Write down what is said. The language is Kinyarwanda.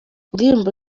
indirimbo